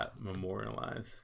memorialize